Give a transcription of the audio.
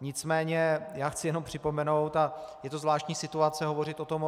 Nicméně chci jenom připomenout a je to zvláštní situace hovořit o tom